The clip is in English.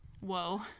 Whoa